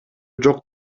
жок